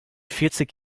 vierzig